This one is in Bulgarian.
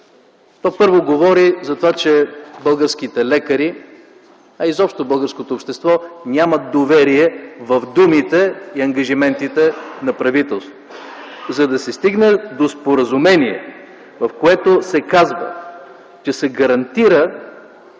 То първо говори за това, че българските лекари, а изобщо и българското общество, нямат доверие в думите и ангажиментите на правителството. За да се стигне до споразумение, в което се казва, че се гарантира